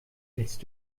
willst